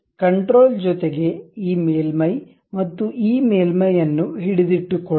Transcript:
control ಜೊತೆಗೆ ಈ ಮೇಲ್ಮೈ ಮತ್ತು ಈ ಮೇಲ್ಮೈ ಅನ್ನು ಹಿಡಿದಿಟ್ಟುಕೊಳ್ಳಿ